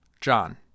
John